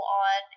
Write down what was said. on